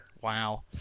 Wow